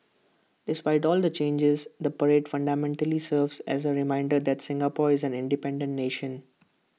despite all the changes the parade fundamentally serves as A reminder that Singapore is an independent nation